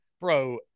bro